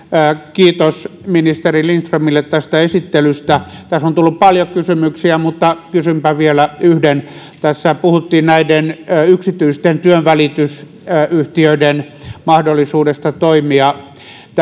kiitos ministeri lindströmille tästä esittelystä tässä on tullut paljon kysymyksiä mutta kysynpä vielä yhden tässä puhuttiin näiden yksityisten työnvälitysyhtiöiden mahdollisuudesta toimia